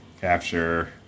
capture